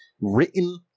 written